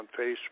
Facebook